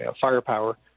firepower